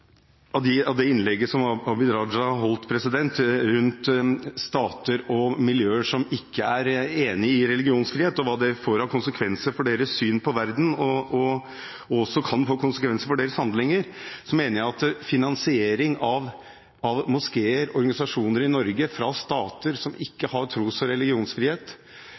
av det innlegget som Abid Q. Raja holdt om stater og miljøer som ikke er enig i religionsfrihet, og hva det får av konsekvenser for deres syn på verden, som også kan få konsekvenser for deres handlinger – finansieringen av moskeer og organisasjoner i Norge fra stater som ikke har religions- og